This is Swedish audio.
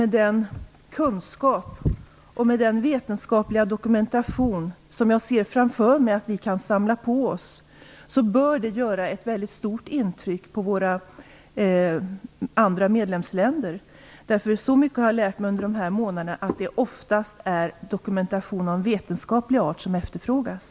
Den kunskap och den vetenskapliga dokumentation som jag förutser att vi skall kunna samla på oss bör kunna göra ett mycket starkt intryck på de andra medlemsländerna. Jag har under de gångna månaderna lärt mig att det oftast är dokumentation av vetenskaplig art som efterfrågas.